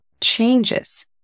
changes